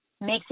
makes